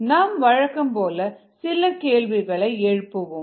நாம் வழக்கம் போல சில கேள்விகளை எழுப்புவோம்